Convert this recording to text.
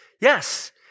Yes